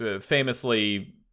famously